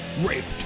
Raped